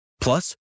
Plus